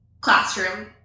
classroom